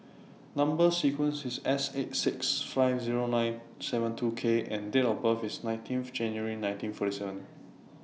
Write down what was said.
Number sequence IS S eight six five Zero nine seven two K and Date of birth IS nineteen of January nineteen forty seven